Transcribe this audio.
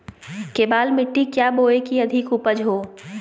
केबाल मिट्टी क्या बोए की अधिक उपज हो?